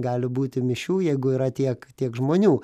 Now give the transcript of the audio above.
gali būti mišių jeigu yra tiek tiek žmonių